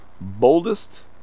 boldest